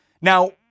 Now